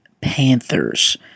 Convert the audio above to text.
panthers